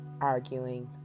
arguing